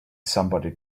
somebody